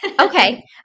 okay